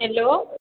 hello